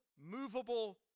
movable